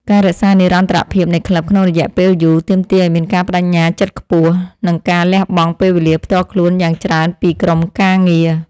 ការរក្សានិរន្តរភាពនៃក្លឹបក្នុងរយៈពេលយូរ ទាមទារឱ្យមានការប្ដេជ្ញាចិត្តខ្ពស់ និងការលះបង់ពេលវេលាផ្ទាល់ខ្លួនយ៉ាងច្រើនពីក្រុមការងារ។